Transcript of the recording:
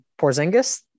Porzingis